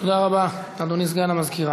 תודה רבה, אדוני סגן מזכירת